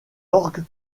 orgue